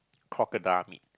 crocodile meat